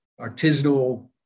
artisanal